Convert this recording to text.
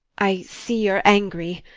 i see you're angry.